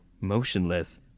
motionless